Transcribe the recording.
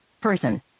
Person